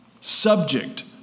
subject